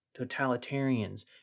totalitarians